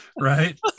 Right